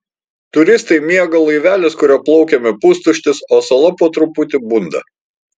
turistai miega laivelis kuriuo plaukėme pustuštis o sala po truputį bunda